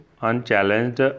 unchallenged